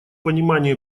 понимания